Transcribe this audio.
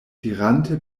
dirante